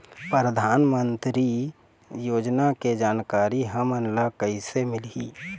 परधानमंतरी योजना के जानकारी हमन ल कइसे मिलही?